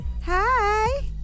Hi